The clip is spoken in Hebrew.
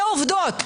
זה עובדות,